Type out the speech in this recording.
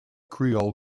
creole